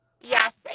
Yes